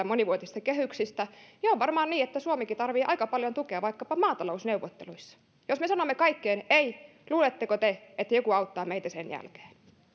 monivuotisista kehyksistä on varmasti niin että suomikin tarvitsee aika paljon tukea vaikkapa maatalousneuvotteluissa jos me sanomme kaikkeen ei luuletteko te että joku auttaa meitä sen jälkeen